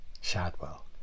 Shadwell